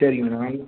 சரிங்க மேடம்